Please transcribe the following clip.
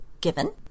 given